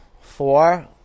four